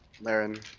Laren